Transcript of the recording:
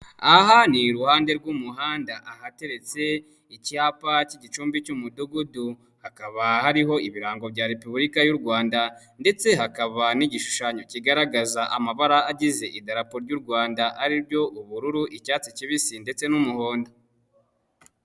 Aha ni iruhande rw'umuhanda ahateretse icyapa cy'igicumbi cy'umudugudu hakaba hariho ibirango bya Repubulika y'u Rwanda ndetse hakaba n'igishushanyo kigaragaza amabara agize Idarapo ry'u Rwanda ari ryo ubururu, icyatsi kibisi ndetse n'umuhondo.